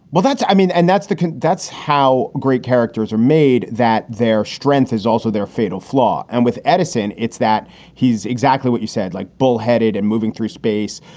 well, that's i mean, and that's the that's how great characters are made, that their strength is also their fatal flaw. and with edison, it's that he's exactly what you said, like bullheaded and moving through space.